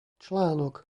článok